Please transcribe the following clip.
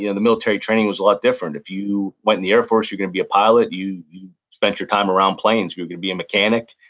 yeah the military training was a lot different. if you went in the air force, you're gonna be a pilot, you you spent your time around planes. you're gonna be a mechanic,